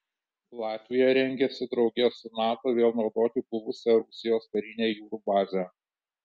latvija rengiasi drauge su nato vėl naudoti buvusią rusijos karinę jūrų bazę